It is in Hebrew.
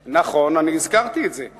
נכון, אני הזכרתי את זה.